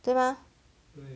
对吗